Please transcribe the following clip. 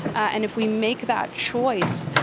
and if we make that choice,